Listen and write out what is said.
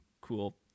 cool